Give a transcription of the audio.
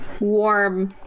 warm